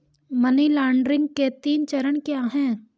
Money laundering के तीन चरण क्या हैं?